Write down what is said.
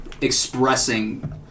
expressing